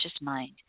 mind